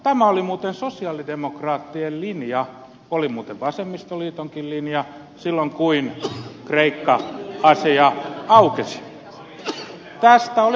tämä oli muuten sosialidemokraattien linja oli muuten vasemmistoliitonkin linja silloin kun kreikka asia aukesi